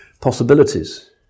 possibilities